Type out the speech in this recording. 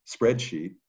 spreadsheet